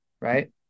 Right